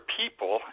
people